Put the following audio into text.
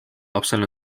lapsel